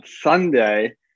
Sunday